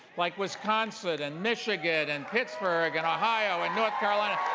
like wisconsin, and michigan, and pittsburgh and ohio and north carolina.